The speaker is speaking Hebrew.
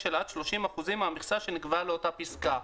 של עד 30% מהמכסה שנקבעה לאותה פסקה.".